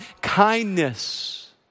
kindness